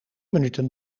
minuten